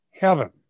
heaven